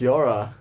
fiora